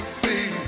see